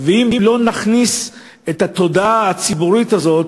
ואם התודעה הציבורית הזאת